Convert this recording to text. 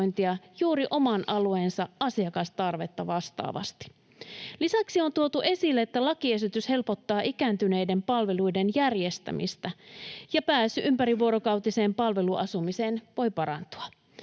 juuri oman alueensa asiakastarvetta vastaavasti. Lisäksi on tuotu esille, että lakiesitys helpottaa ikääntyneiden palveluiden järjestämistä ja pääsy ympärivuorokautiseen palveluasumiseen voi parantua.